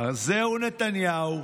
אז זהו, נתניהו,